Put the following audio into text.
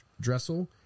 Dressel